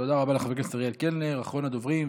תודה רבה לחבר הכנסת אריאל קלנר, אחרון הדוברים.